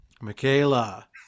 Michaela